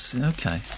Okay